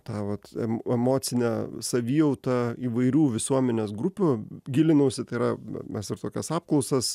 tą vat emocinę savijautą įvairių visuomenės grupių gilinausi tai yra mes ir tokias apklausas